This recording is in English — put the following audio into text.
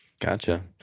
Gotcha